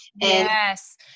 Yes